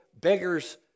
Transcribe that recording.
beggars